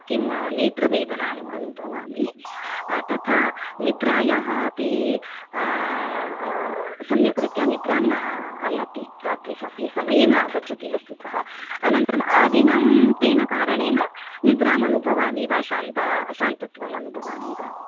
किं नेत्रवेदनाम् अनुभवामि तथा निद्रायाः अपि सम्यक्रीत्या निद्रां न आयाति रात्रिसमये समये न आगच्छति वस्तुतः अनन्तरम् आदिनं तेन कारणेन निद्रामनुभवामि वा श्रान्ता श्रान्तत्वमनुभवामि वा